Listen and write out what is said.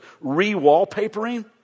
re-wallpapering